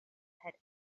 had